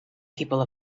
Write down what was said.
people